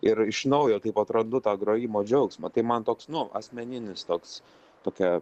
ir iš naujo taip atrandu tą grojimo džiaugsmą tai man toks nu asmeninis toks tokia